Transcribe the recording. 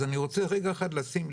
אז אני רוצה רגע אחד לשים,